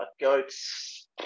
goats